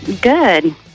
Good